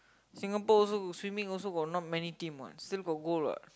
Singapore also swimming got not many teams what but still got goal what